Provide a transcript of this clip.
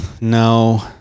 no